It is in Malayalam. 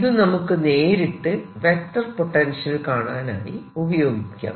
ഇത് നമുക്ക് നേരിട്ട് വെക്റ്റർ പൊട്ടൻഷ്യൽ കാണാനായി ഉപയോഗിക്കാം